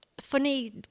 funny